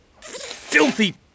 filthy